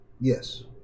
yes